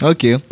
Okay